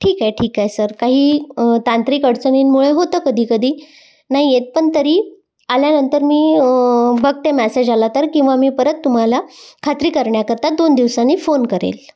ठीक आहे ठीक आहे सर काही तांत्रिक अडचणींमुळे होतं कधी कधी नाही येत पण तरी आल्यानंतर मी बघते मॅसेज आला तर किंवा मी परत तुम्हाला खात्री करण्याकरता दोन दिवसांनी फोन करेन